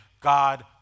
God